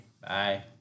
Bye